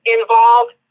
involved